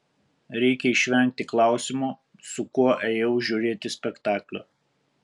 reikia išvengti klausimo su kuo ėjau žiūrėti spektaklio